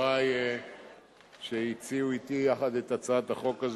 חברי שהציעו אתי יחד את הצעת החוק הזאת,